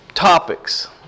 topics